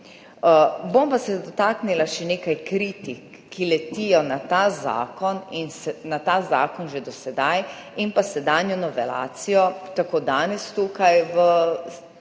bom pa dotaknila še nekaj kritik, ki letijo na ta zakon že do sedaj in pa sedanjo novelacijo, tako danes tukaj v